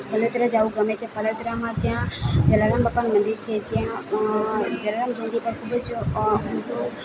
પદયાત્રાએ જવું ગમે છે પદયાત્રામાં જ્યાં જલારામ બાપાનું મંદિર છે જ્યાં જલારામ જયંતી પર ખૂબ જ હું તો